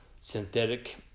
synthetic